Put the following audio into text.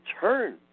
turn